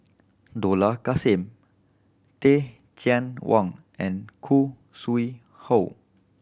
Dollah Kassim Teh Cheang Wan and Khoo Sui Hoe